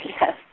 yes